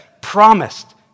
promised